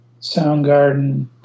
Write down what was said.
Soundgarden